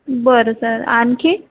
बरं सर आणखी